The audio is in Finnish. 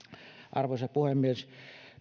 arvoisa puhemies